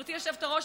וגברתי היושבת-ראש,